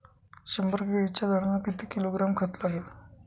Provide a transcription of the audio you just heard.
शंभर केळीच्या झाडांना किती किलोग्रॅम खत लागेल?